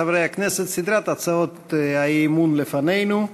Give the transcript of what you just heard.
חברי הכנסת, סדרת הצעות האי-אמון לפנינו.